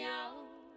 out